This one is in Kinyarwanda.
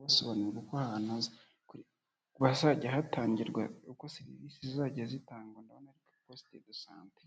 basobanurira uko hazajya hatangirwa serivisi, uko serivisi zizajya zitangwa na posite do sante.